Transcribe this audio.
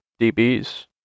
DBs